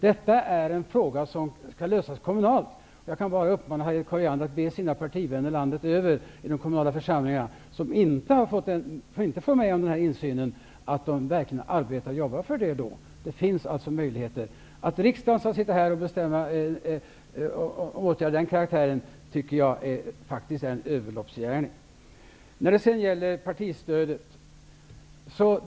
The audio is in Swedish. Det är en fråga som skall lösas kommunalt. Jag kan bara uppmana Harriet Colliander att be sina partivänner i de kommunala församlingarna som inte fått någon insyn att verkligen arbeta för det. Det finns möjligheter. Att i riksdagen bestämma åtgärder av den karaktären tycker jag därför vore en överloppsgärning. Sedan till partistödet.